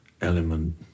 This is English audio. element